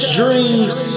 dreams